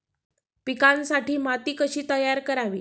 पिकांसाठी माती कशी तयार करावी?